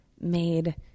made